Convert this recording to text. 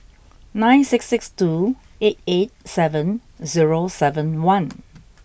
nine six six two eight eight seven zero seven one